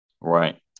right